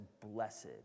blessed